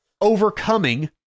overcoming